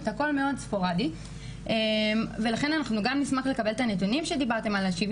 התקבלה החלטה להעניק לקבוצת הנשים הזאת ב' 1 לשנה,